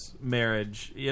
marriage